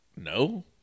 no